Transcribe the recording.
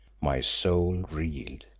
my soul reeled.